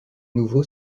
nouveau